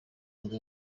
nibwo